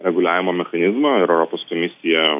reguliavimo mechanizmą ir europos komisija